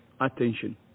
attention